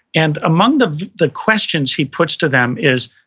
and among the the questions he puts to them is,